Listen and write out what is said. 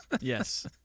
Yes